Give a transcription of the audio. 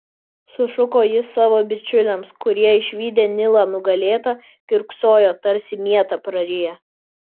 sušuko jis savo bičiuliams kurie išvydę nilą nugalėtą kiurksojo tarsi mietą prariję